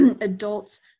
adults